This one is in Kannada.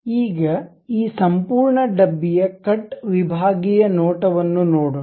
ಈಗ ಈ ಸಂಪೂರ್ಣ ಡಬ್ಬಿಯ ಕಟ್ ವಿಭಾಗೀಯ ನೋಟವನ್ನು ನೋಡೋಣ